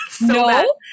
No